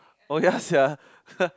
oh ya sia